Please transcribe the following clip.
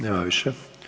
Nema više.